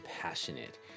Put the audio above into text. passionate